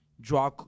Draw